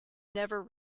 never